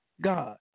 God